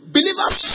Believers